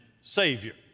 Savior